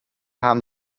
haben